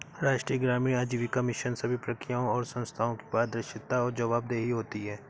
राष्ट्रीय ग्रामीण आजीविका मिशन सभी प्रक्रियाओं और संस्थानों की पारदर्शिता और जवाबदेही होती है